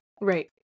right